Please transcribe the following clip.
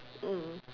mm